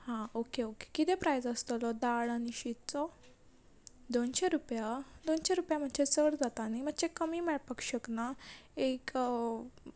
हां okay okay कितें प्रायस आसतलो दाळ आनी शीतचो दोनशी रुपया दोनशी रुपया मातशे चड जाता न्ही मातशे कमी मेळपाक शकना एक